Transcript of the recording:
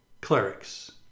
clerics